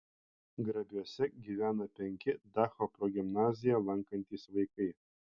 grabiuose gyvena penki dacho progimnaziją lankantys vaikai